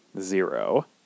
Zero